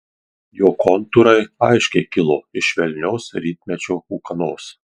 jo kontūrai aiškiai kilo iš švelnios rytmečio ūkanos